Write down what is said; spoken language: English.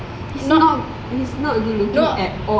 he's not he's not good looking at all